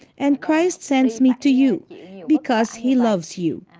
and christ sends me to you because he loves you.